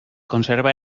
conserva